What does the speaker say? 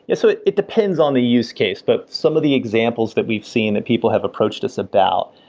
yeah so it it depends on the use case, but some of the examples that we've seen that people have approached us about,